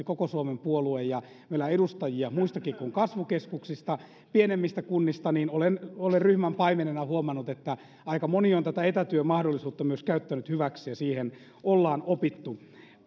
koko suomen puolue ja meillä on edustajia muualtakin kuin kasvukeskuksista pienemmistä kunnista niin olen ryhmän paimenena huomannut että aika moni on tätä etätyömahdollisuutta myös käyttänyt hyväkseen ja siihen ollaan opittu